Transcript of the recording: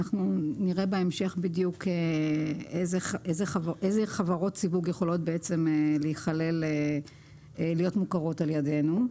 נראה בהמשך בדיוק איזה חברות סיווג יכולות להיות מוכרות על ידינו.